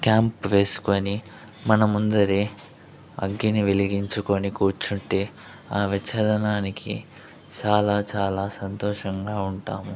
camp వేసుకొని మన ముందరే అగ్గిని వెలింగించుకొని కూర్చుంటే అవి చలనానికి చాలా చాలా సంతోషంగా ఉంటాము